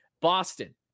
boston